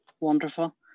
wonderful